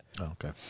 Okay